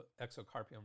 exocarpium